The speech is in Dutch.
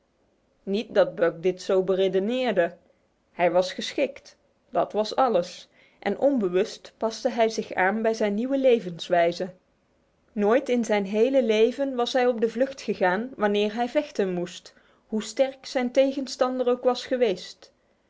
niet dat buck dit zo beredeneerde hij was geschikt dat was alles en onbewust paste hij zich aan bij zijn nieuwe levenswijze nooit in zijn hele leven was hij op de vlucht gegaan wanneer hij vechten moest hoe sterk zijn tegenstander ook was geweest